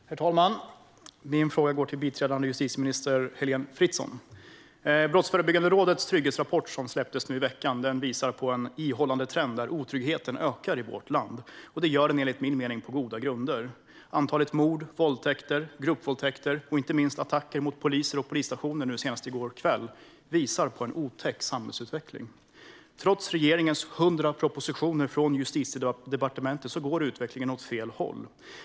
Herr talman! Min fråga går till biträdande justitieminister Heléne Fritzon. Brottsförebyggande rådets trygghetsrapport, som släpptes nu i veckan, visar på en ihållande trend, nämligen att otryggheten ökar i vårt land. Det gör den enligt min mening på goda grunder. Antalet mord, våldtäkter, gruppvåldtäkter och inte minst attacker mot poliser och polisstationer, senast i går kväll, visar på en otäck samhällsutveckling. Trots regeringens 100 propositioner från Justitiedepartementet går utvecklingen åt fel håll.